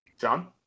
John